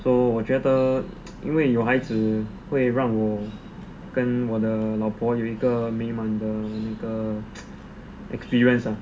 so 我觉得因为有孩子会让我跟我的老婆有一个美满的那个 experience ah